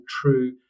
true